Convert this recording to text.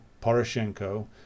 Poroshenko